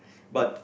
but